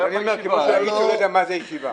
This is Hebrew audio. זה מה שצריך,